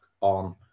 On